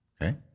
Okay